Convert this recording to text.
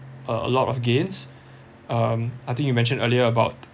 a lot of gains um I think you mentioned earlier about